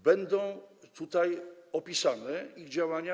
Będą tam opisane ich działania.